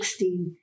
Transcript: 16